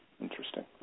Interesting